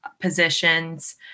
positions